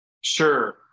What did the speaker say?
Sure